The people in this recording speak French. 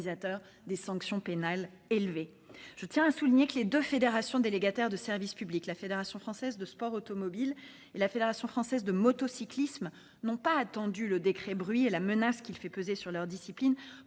des sanctions pénales élevées. Je tiens à souligner que les deux fédérations délégataires de services publics, la fédération française de sport automobile et la fédération française de motocyclisme, n'ont pas attendu le décret bruit et la menace qu'il fait peser sur leurs disciplines